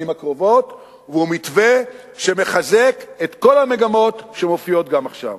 הקרובות והוא מתווה שמחזק את כל המגמות שמופיעות גם עכשיו.